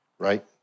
Right